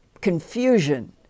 confusion